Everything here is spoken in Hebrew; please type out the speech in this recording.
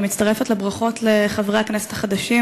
אני מצטרפת לברכות לחברי הכנסת החדשים,